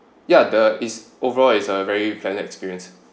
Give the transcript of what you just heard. ya the is overall is a very pleasant experience